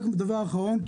רק דבר אחרון,